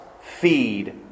feed